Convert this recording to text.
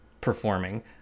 performing